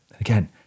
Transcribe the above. Again